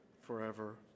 forever